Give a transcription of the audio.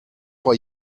vor